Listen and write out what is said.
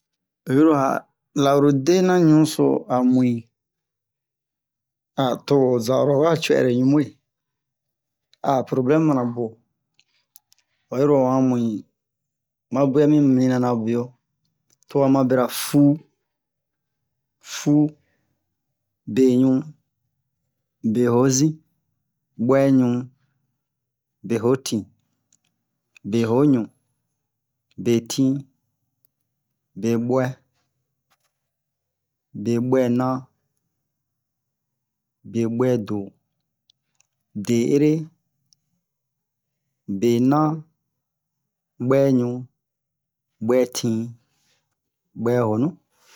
o yi ro a laurudera ɲuso a mui a to'o zaro o wa cuwɛ lo ɲu we ah problɛm mana buwo oyiro a muɲi ma ɓwɛmi minanabio towa ma bra fu fu be ɲu be hozin ɓwɛɲu be hotin be hoɲu be tin be ɓwɛ be ɓwɛna be ɓwɛdo dehere bena ɓwɛɲu ɓwɛtin ɓwɛhonu